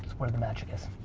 where the magic is.